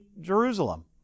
Jerusalem